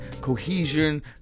Cohesion